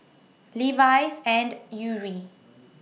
Levi's and Yuri